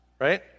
Right